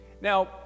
Now